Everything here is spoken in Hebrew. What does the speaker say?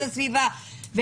סביבה,